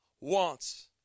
wants